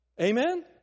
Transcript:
Amen